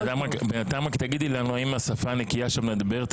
בינתיים רק תגידי לנו האם השפה הנקייה שאת מדברת